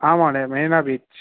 आं महोदय मरिना बीच्